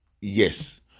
yes